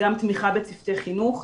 גם תמיכה בצוותי חינוך,